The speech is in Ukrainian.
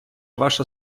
ваша